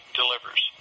delivers